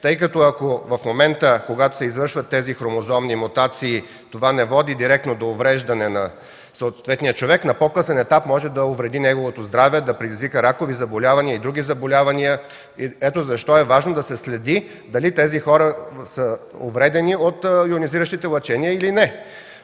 лъчения. Ако в момента, когато се извършват такива хромозомни мутации, това не води директно до увреждане на съответния човек, Но на по-късен етап може да увреди неговото здраве, да предизвика ракови и други заболявания. Ето защо е важно да се следи дали тези хора са увредени от йонизиращите лъчения, или не.